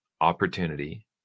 opportunity